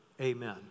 amen